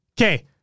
okay